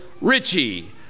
Richie